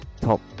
Top